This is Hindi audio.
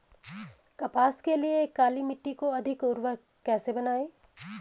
कपास के लिए काली मिट्टी को अधिक उर्वरक कैसे बनायें?